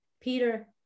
peter